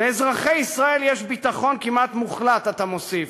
לאזרחי ישראל יש ביטחון כמעט מוחלט, אתה מוסיף,